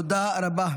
תודה רבה.